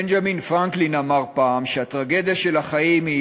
בנג'מין פרנקלין אמר פעם שהטרגדיה של החיים היא